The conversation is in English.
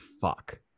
fuck